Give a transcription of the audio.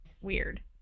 weird